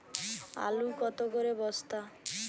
আলু কত করে বস্তা?